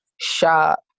shop